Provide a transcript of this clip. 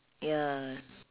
ya